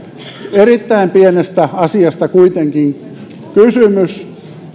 erittäin pienestä asiasta kuitenkin kysymys